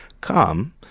come